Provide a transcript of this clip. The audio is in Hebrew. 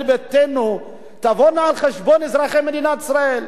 ביתנו תבוא על חשבון אזרחי מדינת ישראל.